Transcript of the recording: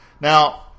Now